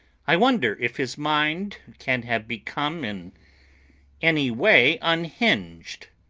i wonder if his mind can have become in any way unhinged.